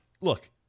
Look